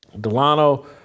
Delano